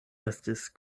estis